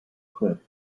cliff